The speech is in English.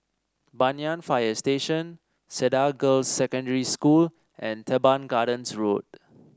Banyan Fire Station Cedar Girls' Secondary School and Teban Gardens Road